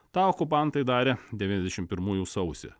tą okupantai darė devyniasdešim pirmųjų sausį